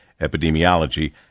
Epidemiology